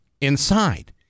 inside